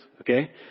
okay